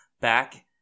back